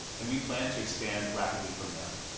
and we plan to expand rapidly from there.